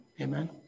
Amen